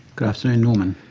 good afternoon norman.